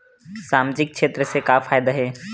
सामजिक क्षेत्र से का फ़ायदा हे?